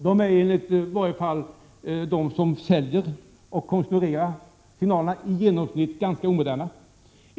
De är enligt uppgifter från dem som konstruerar och säljer signalsystemen genomsnittligt ganska omoderna.